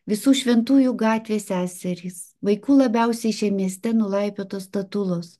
visų šventųjų gatvės seserys vaikų labiausiai šiam mieste nulaipiotos statulos